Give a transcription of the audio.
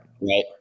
Right